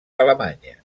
alemanya